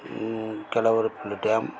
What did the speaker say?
Kelavarapalli dam